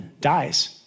dies